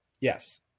Yes